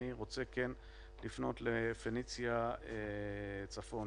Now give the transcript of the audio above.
אני רוצה כן לפנות ל"פניציה" צפון,